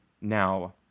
Now